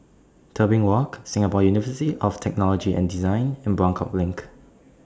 Tebing Walk Singapore University of Technology and Design and Buangkok LINK